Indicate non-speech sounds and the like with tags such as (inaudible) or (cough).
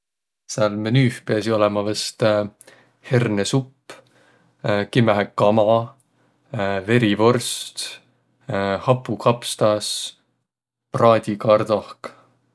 Sääl menüüh piäsiq olõma vaest hernesupp, (hesitation) kimmähe kama, (hesitation) verivorst, (hesitation) hapukapstas, praadikardohk.